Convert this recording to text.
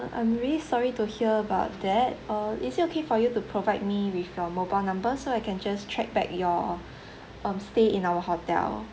I'm really sorry to hear about that uh is it okay for you to provide me with your mobile number so I can just check back your um stay in our hotel